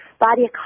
body